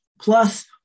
plus